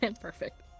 perfect